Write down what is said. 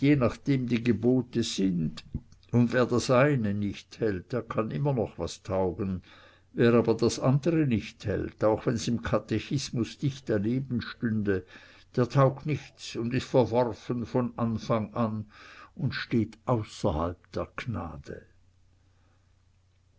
nachdem die gebote sind und wer das eine nicht hält der kann immer noch was taugen wer aber das andere nicht hält und wenn's auch im katechismus dicht daneben stünde der taugt nichts und ist verworfen von anfang an und steht außerhalb der gnade